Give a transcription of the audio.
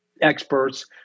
experts